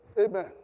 amen